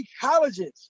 colleges